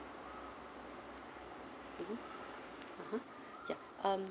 (uh huh) ya um